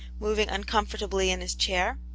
moving uncomfortably in his chair.